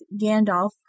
Gandalf